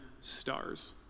stars